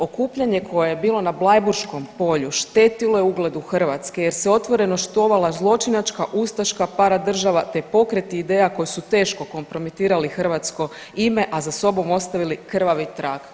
Okupljanje koje je bilo na Blajburškom polju štetilo je ugledu Hrvatske jer se otvoreno štovala zločinačka ustaška paradržava te pokreti i ideja koji su teško kompromitirali hrvatsko ime, a za sobom ostavili krvavi trag.